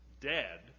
dead